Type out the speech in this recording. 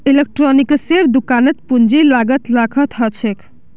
इलेक्ट्रॉनिक्सेर दुकानत पूंजीर लागत लाखत ह छेक